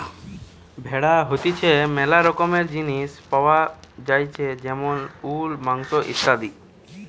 ভেড়া হইতে ম্যালা রকমের জিনিস পাওয়া যায়টে যেমন উল, মাংস ইত্যাদি